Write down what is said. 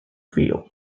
feel